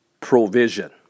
provision